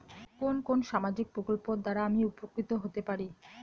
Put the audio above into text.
কোন কোন সামাজিক প্রকল্প দ্বারা আমি উপকৃত হতে পারি?